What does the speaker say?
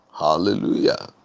hallelujah